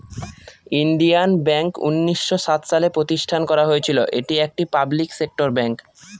Indian bank উনিশশো সাত সালে প্রতিষ্ঠান করা হয়েছিল এটি একটি পাবলিক সেক্টর ব্যাঙ্ক